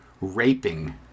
raping